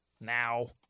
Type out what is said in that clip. Now